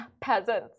Peasants